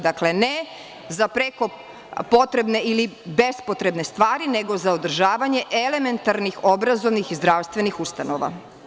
Dakle, ne za preko potrebne ili bespotrebne stvari, nego za održavanje elementarnih obrazovnih i zdravstvenih ustanova.